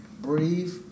breathe